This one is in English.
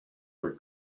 were